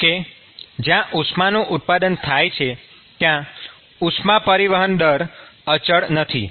જો કે જ્યાં ઉષ્માનું ઉત્પાદન થાય છે ત્યાં ઉષ્મા પરિવહન દર અચળ નથી